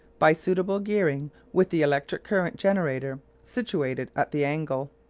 by suitable gearing, with the electric current generator situated at the angle.